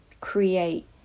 create